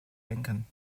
lenken